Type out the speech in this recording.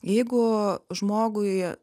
jeigu žmogui